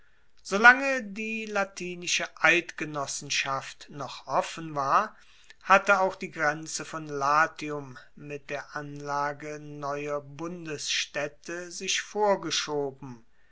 solange die latinische eidgenossenschaft noch offen war hatte auch die grenze von latium mit der anlage neuer bundesstaedte sich vorgeschoben